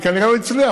וכנראה הוא הצליח,